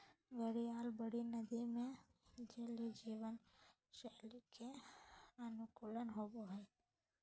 घड़ियाल बड़ी नदि में जलीय जीवन शैली के अनुकूल होबो हइ